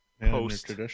post